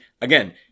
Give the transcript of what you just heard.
again